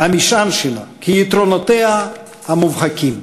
המשען שלה, כיתרונותיה המובהקים.